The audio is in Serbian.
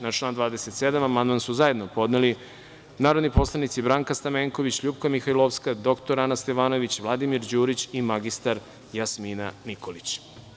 Na član 27. amandman su zajedno podneli narodni poslanici Branka Stamenković, LJupka Mihajlovska, dr Ana Stevanović, Vladimir Đurić i mr Jasmina Nikolić.